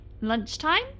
lunchtime